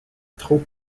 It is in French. trop